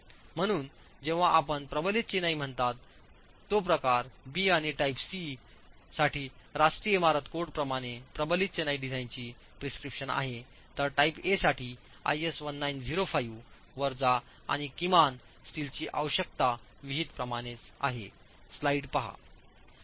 म्हणून जेव्हा आपण प्रबलित चिनाई म्हणतात तो प्रकार बि आणि टाइप सी साठी राष्ट्रीय इमारत कोड प्रमाणे प्रबलित चिनाई डिझाइनची प्रिस्क्रिप्शन आहे तर टाइप ए साठी आयएस 1905 वर जा आणि किमान स्टीलची आवश्यकता विहित प्रमाणेच आहे